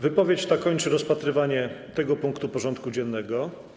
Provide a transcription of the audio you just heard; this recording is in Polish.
Wypowiedź ta kończy rozpatrywanie tego punktu porządku dziennego.